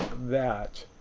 that,